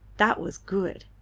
that was good!